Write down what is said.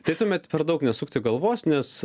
tai tuomet per daug nesukti galvos nes